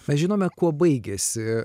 mes žinome kuo baigėsi